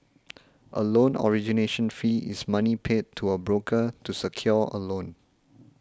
a loan origination fee is money paid to a broker to secure a loan